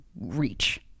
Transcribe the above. reach